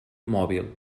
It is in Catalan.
mòbil